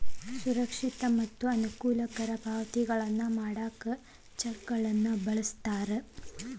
ಸುರಕ್ಷಿತ ಮತ್ತ ಅನುಕೂಲಕರ ಪಾವತಿಗಳನ್ನ ಮಾಡಾಕ ಚೆಕ್ಗಳನ್ನ ಬಳಸ್ತಾರ